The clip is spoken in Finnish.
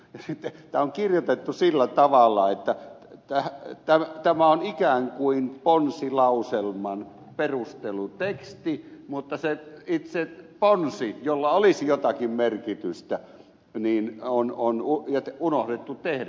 tämä on kirjoitettu sillä tavalla että tämä on ikään kuin ponsilauselman perusteluteksti mutta se itse ponsi jolla olisi jotakin merkitystä on unohdettu tehdä tähän